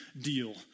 deal